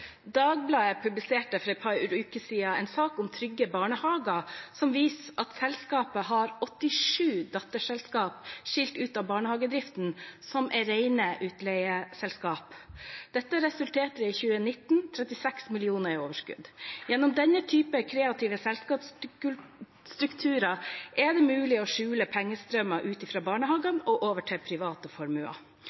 Dagbladet publiserte for et par uker siden en sak om Trygge Barnehager som viser at selskapet har 87 datterselskaper som er skilt ut av barnehagedriften, og som er rene utleieselskaper. Dette resulterte i 2019 til 36 mill. kr i overskudd. Gjennom denne typen kreative selskapsstrukturer er det mulig å skjule